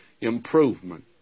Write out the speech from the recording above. improvement